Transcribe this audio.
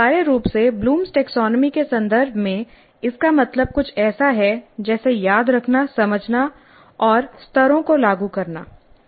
अनिवार्य रूप से ब्लूम्स टैक्सोनॉमी के संदर्भ में इसका मतलब कुछ ऐसा है जैसे याद रखना समझना और स्तरों को लागू करना